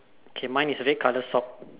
okay mine is red colour sock